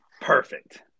Perfect